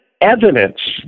evidence